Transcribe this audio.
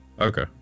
Okay